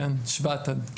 בשבט עד שבועות,